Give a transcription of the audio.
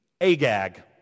Agag